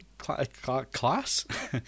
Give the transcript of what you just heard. Class